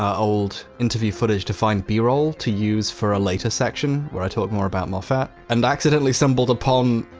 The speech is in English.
old interview footage to find b-roll to use for a later section where i talk more about moffat and accidentally stumbled upon.